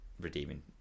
redeeming